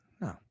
No